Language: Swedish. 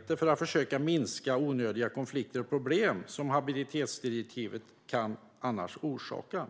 Syftet är att försöka minska onödiga konflikter och problem som habitatdirektivet annars kan orsaka.